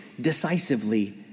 decisively